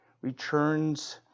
returns